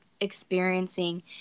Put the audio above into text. experiencing